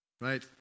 right